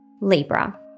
Libra